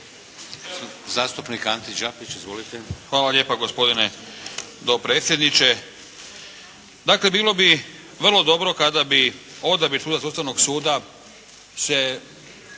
**Đapić, Anto (HSP)** Hvala lijepa gospodine dopredsjedniče. Dakle, bilo bi vrlo dobro kada bi odabir sudaca Ustavnog suda se